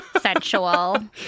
sensual